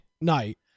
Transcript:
night